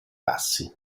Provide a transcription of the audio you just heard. bassi